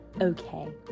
okay